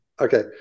Okay